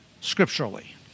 scripturally